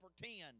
pretend